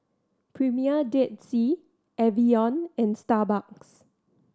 Premier Dead Sea Evian and Starbucks